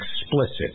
explicit